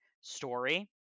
story